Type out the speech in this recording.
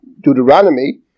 Deuteronomy